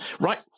right